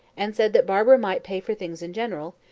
and said that barbara might pay for things in general,